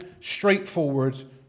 straightforward